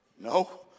no